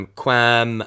quam